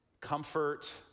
Comfort